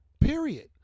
period